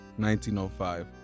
1905